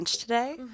today